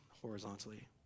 horizontally